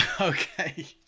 Okay